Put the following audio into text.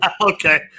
Okay